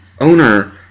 owner